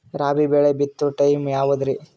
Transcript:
ರಾಬಿ ಬೆಳಿ ಬಿತ್ತೋ ಟೈಮ್ ಯಾವದ್ರಿ?